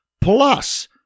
plus